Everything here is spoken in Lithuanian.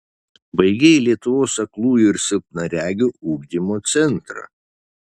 baigei lietuvos aklųjų ir silpnaregių ugdymo centrą